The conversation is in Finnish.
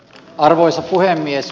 arvoisa puhemies